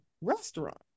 restaurant